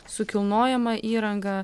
su kilnojama įranga